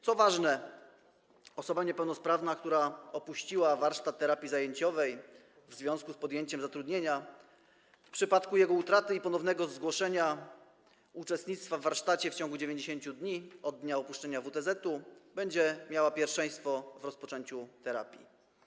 Co ważne, osoba niepełnosprawna, która opuściła warsztat terapii zajęciowej w związku z podjęciem zatrudnienia, w przypadku jego utraty i ponownego zgłoszenia uczestnictwa w warsztacie w ciągu 90 dni od dnia opuszczenia WTZ-etu będzie miała pierwszeństwo w rozpoczęciu terapii.